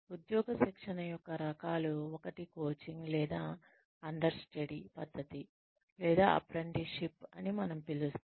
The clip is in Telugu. ఉద్యోగ శిక్షణ యొక్క రకాలు ఒకటి కోచింగ్ లేదా అండర్ స్టడీ పద్ధతి లేదా అప్రెంటిస్ షిప్ అని మనము పిలుస్తాము